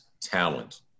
talent